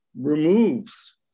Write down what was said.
removes